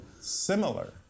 similar